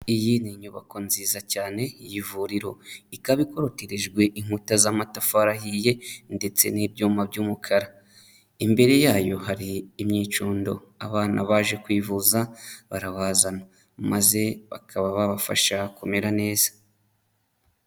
Iyi ni inyubako nziza cyane y'ivuriro ikaba ikorotirijwe inkuta z'amatafari ahiye ndetse n'ibyuma by'umukara, imbere yayo hari imyicundo abana baje kwivuza barabazana maze bakaba babafasha kumera neza.